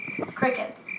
Crickets